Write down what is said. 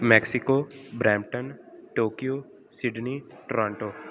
Mexico Brampton Tokyo Sydney Toronto